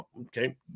Okay